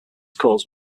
cause